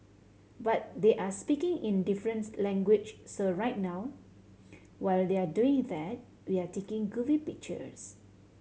but they're speaking in a different language so right now while they're doing that we're taking goofy pictures